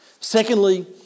Secondly